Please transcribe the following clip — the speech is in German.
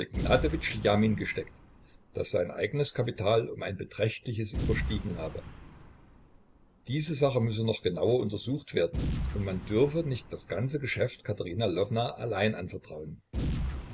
ljamin gesteckt das sein eigenes kapital um ein beträchtliches überstiegen habe diese sache müsse noch genauer untersucht werden und man dürfe nicht das ganze geschäft katerina lwowna allein anvertrauen